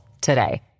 today